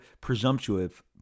presumptive